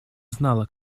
знала